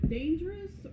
dangerous